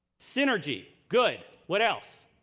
synergy, good. what else?